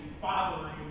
fathering